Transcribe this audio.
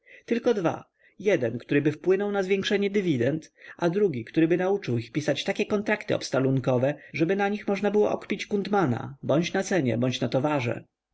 tylko dwa jeden któryby wpłynął na zwiększenie dywidend a drugi któryby nauczył ich pisać takie kontrakty obstalunkowe żeby na nich można było okpić kundmana bądź na cenie bądź na towarze